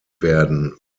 werden